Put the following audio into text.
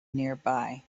nearby